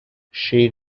she